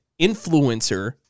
influencer